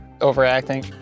overacting